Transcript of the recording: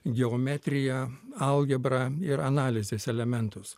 geometrija algebra ir analizės elementus